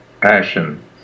passion